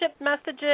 messages